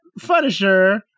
Funisher